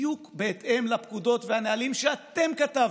בדיוק בהתאם לפקודות ולנהלים שאתם כתבתם,